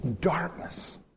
Darkness